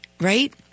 right